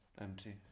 empty